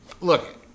look